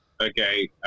Okay